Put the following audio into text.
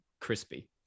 crispy